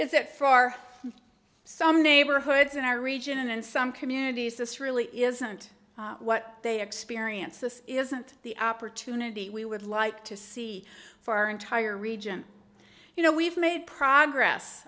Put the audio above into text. our some neighborhoods in our region and some communities this really isn't what they experience this isn't the opportunity we would like to see for our entire region you know we've made progress